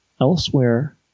elsewhere